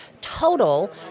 total